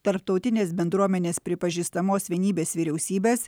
tarptautinės bendruomenės pripažįstamos vienybės vyriausybės